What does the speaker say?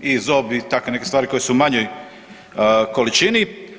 i zob i takve neke stvari koje su u manjoj količini.